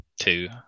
two